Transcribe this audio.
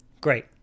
Great